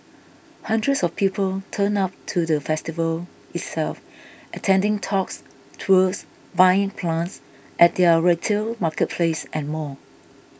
hundreds of people turned up to the festival itself attending talks tours buying plants at their retail marketplace and more